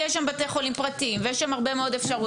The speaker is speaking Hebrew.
יש שם בתי חולים פרטיים ויש שם הרבה מאוד אפשרויות.